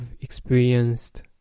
experienced